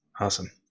awesome